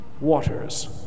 waters